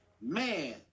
man